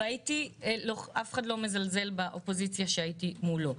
אף אחד לא מזלזל באופוזיציה כשהייתי מולו.